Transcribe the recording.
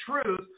truth